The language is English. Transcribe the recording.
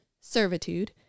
servitude